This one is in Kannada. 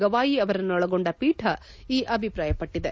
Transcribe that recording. ಗವಾಯಿ ಅವರನ್ನೊಳಗೊಂಡ ಪೀಠ ಈ ಅಭಿಪ್ರಾಯಪಟ್ಟದೆ